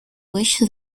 wish